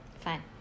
Fine